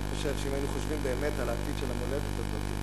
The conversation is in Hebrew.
אני חושב שאם היינו חושבים באמת על העתיד של המולדת הזאת,